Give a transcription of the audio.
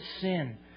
sin